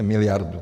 Miliardu.